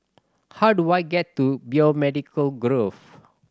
how do I get to Biomedical Grove